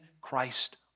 Christ